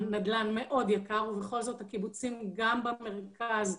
נדל"ן מאוד יקר, ובכל זאת הקיבוצים, גם במרכז,